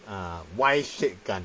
ah Y-shaped 杆